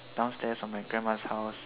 downstairs of my grandma's house